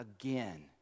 again